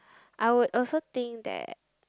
I would also think that